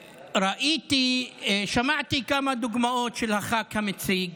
ראיתי, שמעתי כמה דוגמאות של הח"כ המציג.